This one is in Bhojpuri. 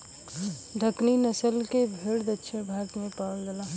दक्कनी नसल के भेड़ दक्षिण भारत में पावल जाला